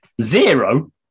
Zero